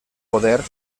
poder